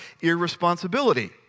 irresponsibility